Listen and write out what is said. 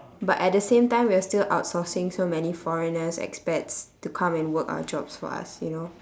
but at the time we're still outsourcing so many foreigners expats to come and work our jobs for us you know